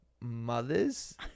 mothers